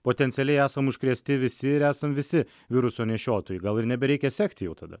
potencialiai esam užkrėsti visi ir esam visi viruso nešiotojai gal ir nebereikia sekti jau tada